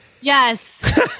Yes